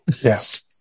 Yes